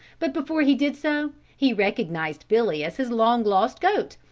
but before he did so, he recognized billy as his long-lost goat,